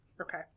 Okay